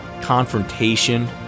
confrontation